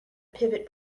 pivot